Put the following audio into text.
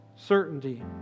certainty